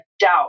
doubt